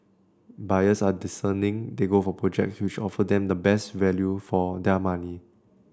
buyers are discerning they go for project which offer them the best value for their money